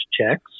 checks